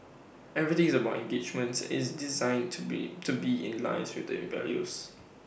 everything is about engagements is designed to be to be in line with its values